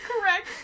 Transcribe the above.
correct